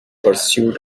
pursued